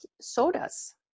sodas